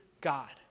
God